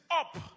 Up